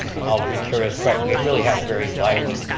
alderman kerrio's right, we really had a very lively,